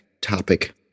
topic